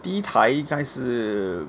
第一台应该是